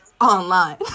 online